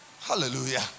hallelujah